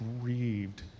grieved